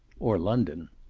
or london.